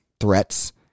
threats